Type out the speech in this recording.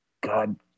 God